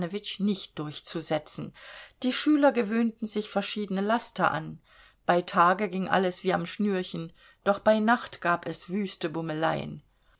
nicht durchzusetzen die schüler gewöhnten sich verschiedene laster an bei tage ging alles wie am schnürchen doch bei nacht gab es wüste bummeleien